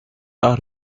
are